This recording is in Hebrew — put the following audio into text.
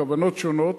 כוונות שונות.